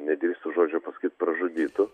nedrįstu žodžio pasakyt pražudytų